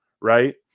right